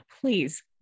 please